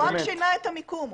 לתמוך בעניין הזה.